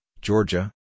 Georgia